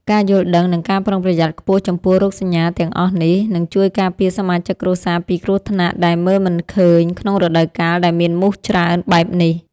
ការយល់ដឹង និងការប្រុងប្រយ័ត្នខ្ពស់ចំពោះរោគសញ្ញាទាំងអស់នេះ នឹងជួយការពារសមាជិកគ្រួសារពីគ្រោះថ្នាក់ដែលមើលមិនឃើញក្នុងរដូវកាលដែលមានមូសច្រើនបែបនេះ។